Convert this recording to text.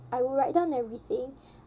I would write down everything